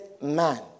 man